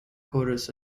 chorus